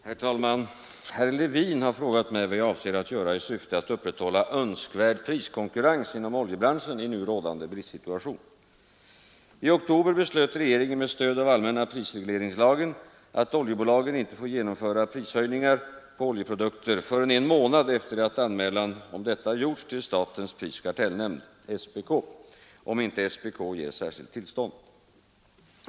Herr talman! Herr Levin har frågat mig vad jag avser att göra i syfte att upprätthålla önskvärd priskonkurrens inom oljebranschen i nu rådande bristsituation. I oktober beslöt regeringen med stöd av allmänna prisregleringslagen att oljebolagen inte får genomföra prishöjningar på oljeprodukter förrän en månad efter det att anmälan därom gjorts till statens prisoch kartellnämnd , om inte SPK ger särskilt tillstånd.